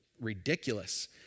ridiculous